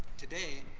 today,